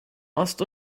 ost